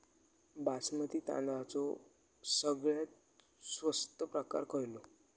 बासमती तांदळाचो सगळ्यात स्वस्त प्रकार खयलो?